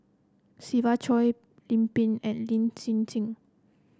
Siva Choy Lim Pin and Lin Hsin Hsin